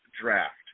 draft